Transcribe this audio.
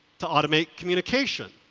to automate communication?